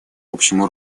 общему